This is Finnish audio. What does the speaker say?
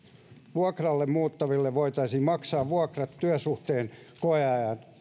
vuokralle muuttaville voitaisiin maksaa vuokra työsuhteen koeajan